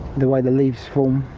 the way the leaves form.